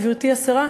גברתי השרה,